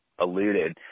alluded